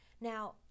Now